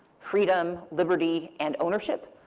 freedom, liberty, and ownership,